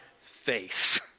face